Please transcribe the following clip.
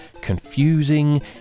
confusing